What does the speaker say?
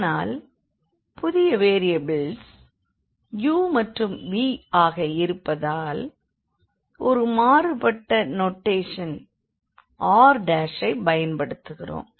ஆனால் புதிய variables u மற்றும் v ஆக இருப்பதால் ஒரு மாறுபட்ட நொட்டேஷன் R எனப் பயன்படுத்துகிறோம்